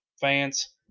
fans